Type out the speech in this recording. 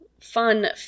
fun